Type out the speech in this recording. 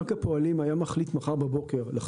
בנק לאומי קיצץ כ-11,000,000,000 ₪